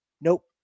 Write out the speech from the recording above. Nope